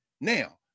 Now